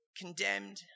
condemned